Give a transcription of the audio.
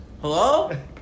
Hello